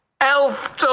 Elf